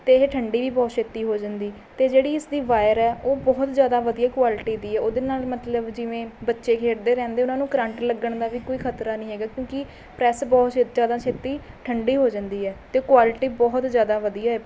ਅਤੇ ਇਹ ਠੰਡੀ ਵੀ ਬਹੁਤ ਛੇਤੀ ਹੋ ਜਾਂਦੀ ਅਤੇ ਜਿਹੜੀ ਇਸਦੀ ਵਾਇਰ ਹੈ ਉਹ ਬਹੁਤ ਜਿਆਦਾ ਵਧੀਆ ਕੁਆਲਿਟੀ ਦੀ ਹੈ ਉਹਦੇ ਨਾਲ ਮਤਲਬ ਜਿਵੇਂ ਬੱਚੇ ਖੇਡਦੇ ਰਹਿੰਦੇ ਉਹਨਾਂ ਨੂੰ ਕਰੰਟ ਲੱਗਣ ਦਾ ਵੀ ਕੋਈ ਖਤਰਾ ਨਹੀਂ ਹੈਗਾ ਕਿਉਂਕਿ ਪ੍ਰੈੱਸ ਬਹੁਤ ਛੇ ਜਿਆਦਾ ਛੇਤੀ ਠੰਡੀ ਹੋ ਜਾਂਦੀ ਹੈ ਅਤੇ ਕੁਆਲਿਟੀ ਬਹੁਤ ਜਿਆਦਾ ਵਧੀਆ ਏ